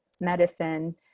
medicine